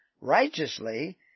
righteously